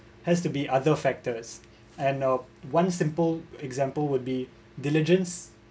has to be other factors and uh one simple example would be diligence